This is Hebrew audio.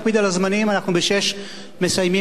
ב-18:00 אנחנו מסיימים את הישיבה ואנחנו רוצים להספיק,